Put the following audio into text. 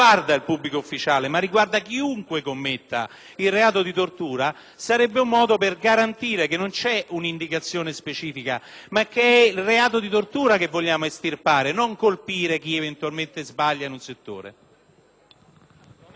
per garantire che non c'è un'indicazione specifica e che è la tortura che vogliamo estirpare e non semplicemente colpire chi eventualmente sbaglia in un settore.